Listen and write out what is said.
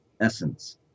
essence